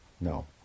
No